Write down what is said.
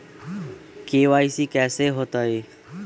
KYC कैसे होतई?